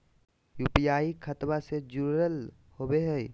UPI खतबा से जुरल होवे हय?